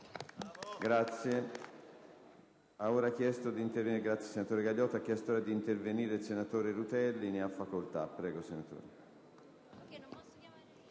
Grazie,